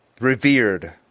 revered